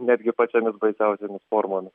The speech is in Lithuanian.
netgi pačiomis baisiausiomis formomis